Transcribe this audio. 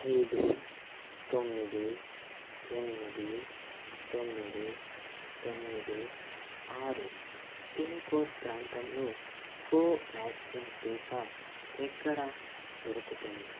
ఐదు తొమ్మిది ఎనిమిది తొమ్మిది తొమ్మిది ఆరు పిన్ కోడ్ ప్రాంతంలో కోవ్యాక్సిన్ టీకా ఎక్కడ దొరుకుతుంది